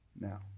Now